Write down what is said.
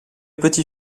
petit